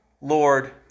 Lord